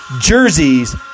Jerseys